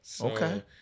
Okay